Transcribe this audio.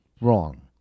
Wrong